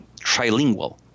trilingual